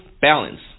Balance